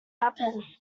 happen